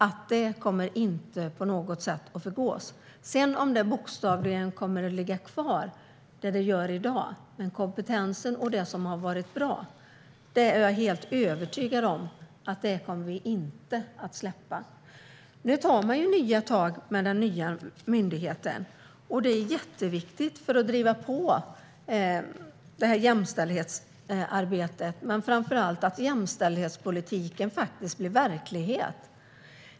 Det kommer inte att förgås på något sätt. Om det bokstavligen kommer att ligga kvar som det gör i dag får vi se, men jag är helt övertygad om att man inte kommer att släppa kompetensen och det som har varit bra. Nu tas nya tag med den nya myndigheten. Det är jätteviktigt för att driva på jämställdhetsarbetet men framför allt för att göra verklighet av jämställdhetspolitiken.